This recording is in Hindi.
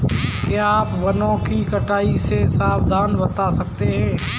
क्या आप वनों की कटाई के समाधान बता सकते हैं?